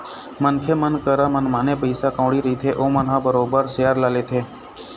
मनखे मन करा मनमाने पइसा कउड़ी रहिथे ओमन ह बरोबर सेयर ल लेथे